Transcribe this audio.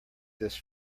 this